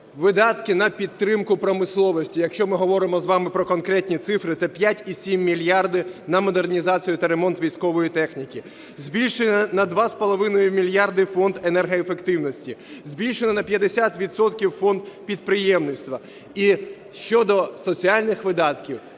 видатки на підтримку промисловості. Якщо ми говоримо з вами про конкретні цифри, це 5,7 мільярда на модернізацію та ремонт військової техніки. Збільшено на 2,5 мільярда Фонд енергоефективності. Збільшено на 50 відсотка Фонд підприємництва. І щодо соціальних видатків